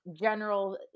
general